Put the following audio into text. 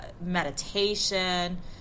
meditation